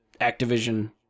Activision